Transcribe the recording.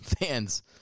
fans